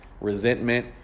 resentment